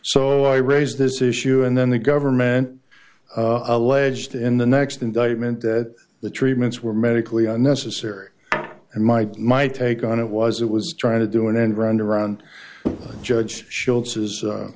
so i raised this issue and then the government alleged in the next indictment that the treatments were medically unnecessary and my my take on it was it was trying to do an end run around judge s